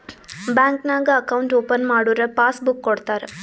bank ನಾಗ್ account open ಮಾಡುರ್ passbook ಕೊಡ್ತಾರ